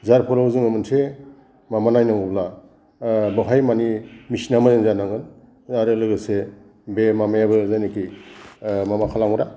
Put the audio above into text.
जायनि जाहोनाव जोङो मोनसे माबा नायनांगौब्ला बेवहाय माने मेचिन आ मोजां जानांगोन आरो लोगोसे बे माबायाबो जेनोखि माबा खालामग्रा